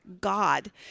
God